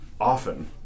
Often